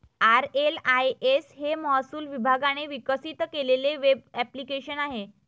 RLIS हे महसूल विभागाने विकसित केलेले वेब ॲप्लिकेशन आहे